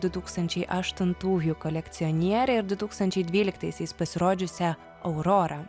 du tūkstančiai aštntųjų kolekcionierę ir du tūkstančiai dvyliktaisiais pasirodžiusią aurorą